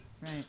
Right